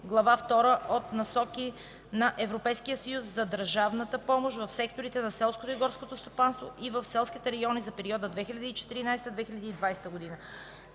глава втора от „Насоки на Европейския съюз за държавната помощ в секторите на селското и горското стопанство и в селските райони за периода 2014 – 2020 г.